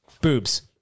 Boobs